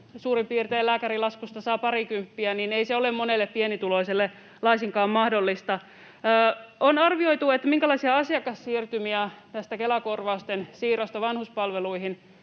suurin piirtein 150 euron lääkärilaskusta saa parikymppiä, niin ei se ole monelle pienituloiselle laisinkaan mahdollista. On arvioitu, minkälaisia asiakassiirtymiä tästä Kela-korvausten siirrosta vanhuspalveluihin